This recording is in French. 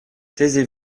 taisez